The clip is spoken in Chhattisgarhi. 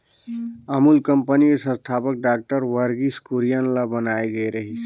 अमूल कंपनी के संस्थापक डॉक्टर वर्गीस कुरियन ल बनाए गे रिहिस